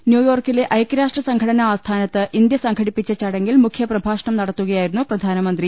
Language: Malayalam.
ന്യൂയോർക്കിലെ ഐക്യരാഷ്ട്ര സംഘടനാ ആസ്ഥാനത്ത് ഇന്ത്യ സംഘടിപ്പിച്ച ചടങ്ങിൽ മുഖ്യ പ്രഭാഷണം നടത്തുകയായിരുന്നു പ്രധാനമന്ത്രി